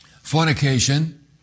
fornication